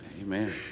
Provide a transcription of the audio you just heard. Amen